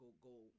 go